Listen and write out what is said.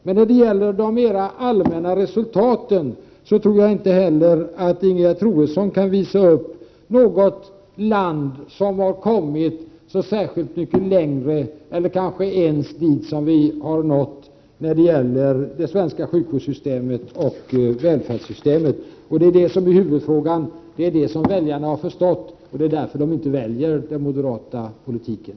Men när det gäller de mer allmänna resultaten tror jag att inte heller Ingegerd Troedsson kan visa upp något land där man har kommit särskilt mycket längre eller kanske ens dit vi har nått när det gäller det svenska sjukvårdssystemet och välfärdssystemet. Det är det som är huvudfrågan. Det är det som väljarna har förstått. Och det är därför som de inte väljer den moderata politiken.